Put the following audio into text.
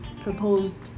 proposed